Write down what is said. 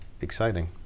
exciting